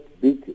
big